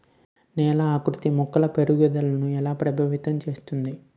నేల ఆకృతి మొక్కల పెరుగుదలను ఎలా ప్రభావితం చేస్తుంది?